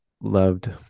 loved